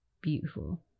beautiful